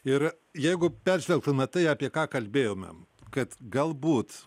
ir jeigu peržvelgtume tai apie ką kalbėjome kad galbūt